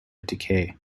decay